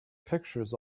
pictures